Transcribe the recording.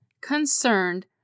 concerned